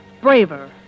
braver